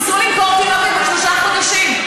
ניסו למכור תינוקת בת שלושה חודשים.